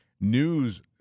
news